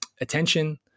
attention